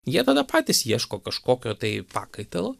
jie tada patys ieško kažkokio tai pakaitalo